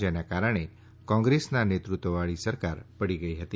જેનાં કારણે કોંગ્રેસનાં નેતૃત્વવાળી સરકાર પડી ગઈ હતી